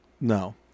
no